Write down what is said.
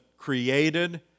Created